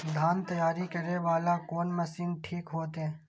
धान तैयारी करे वाला कोन मशीन ठीक होते?